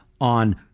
on